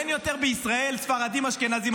אין יותר בישראל ספרדים-אשכנזים.